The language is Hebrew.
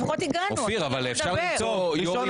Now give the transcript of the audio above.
לפחות הגענו, תן לנו לדבר.